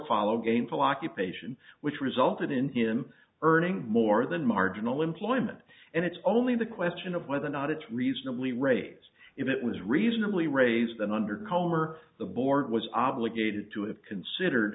follow gainful occupation which resulted in him earning more than marginal employment and it's only the question of whether or not it's reasonably raise if it was reasonably raise them under calm or the board was obligated to have considered